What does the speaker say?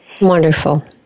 Wonderful